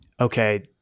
okay